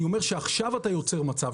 אני אומר שעכשיו אתה יוצר מצב.